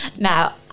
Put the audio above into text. Now